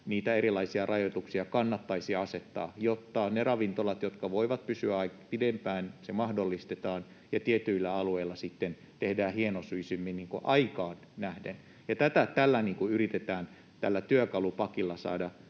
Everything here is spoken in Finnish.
kohtaa erilaisia rajoituksia kannattaisi asettaa, jotta niille ravintoloille, jotka voivat pysyä pidempään auki, se mahdollistetaan, ja tietyillä alueilla sitten tehdään hienosyisemmin, aikaan nähden. Tätä tällä työkalupakilla